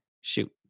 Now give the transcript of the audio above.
Shoot